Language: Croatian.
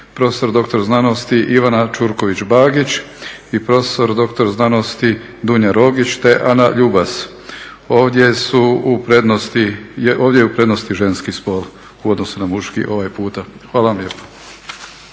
prof.dr.sc. Ivana Ćurković Bagići prof.dr.sc. Dunja Rogiće te Ana Ljubas. Ovdje je u prednosti ženski spol u odnosu na muški ovaj puta. Hvala vam lijepo.